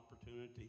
opportunity